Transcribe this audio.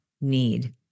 need